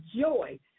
joy